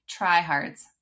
tryhards